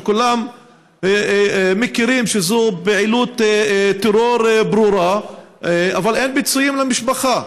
שכולם מכירים שזו פעילות טרור ברורה אבל אין פיצויים למשפחה.